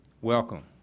Welcome